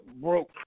broke